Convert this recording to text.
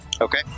Okay